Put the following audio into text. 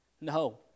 No